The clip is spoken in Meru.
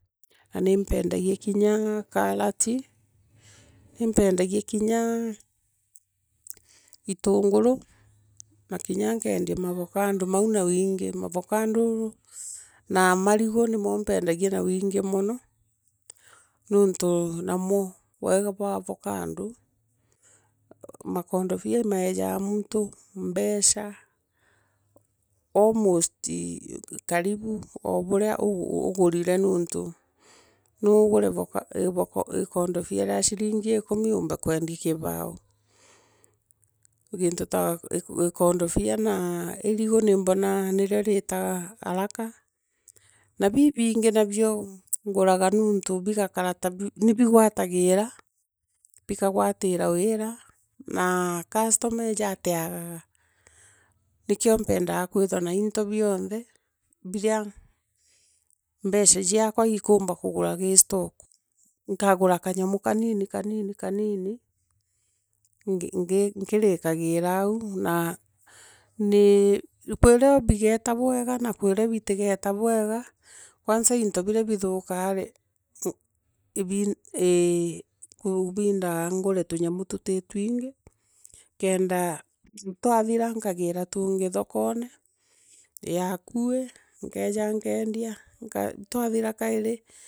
Na ni mpendagia kinya karati. nimeendagia kinya hunguru, na kinya nkendia mabokando mau na wingi. mabokondo na marigu nimompendagia na wingi mono nontu namo wega bwa avocado. makondosia nimeeja muntu mbeca almost karibu o burea ugurire nontu noogure ibo. ikondofia ria aringi ikumi. uumbo kwendia kibao girituta gikondorofia na irigu mbonaa nirio riitaa haraka, na bibingi rabio. nguranga nontu biyakara ta ni ni bigwatagira bikagwatira wira. naa customer ooja atiaoage. Nikio mpendaa keithirwa na mto bonthe. birea mbeca aakwa ikumba kugura kii stocki. Nkagura kanyamu kanini kanini kanini. nkiri kagira au na nii kwirio bigeta bwega. na kwi rio bitigeeta bwega. kwanza mto birea bithokaa bi, ii kubindaa ngure tunyamu tuti twigi, kenda. twathira nkagira tungi thokone ya akui nkeeja nkeenda, twathira kairi.